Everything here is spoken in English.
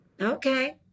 Okay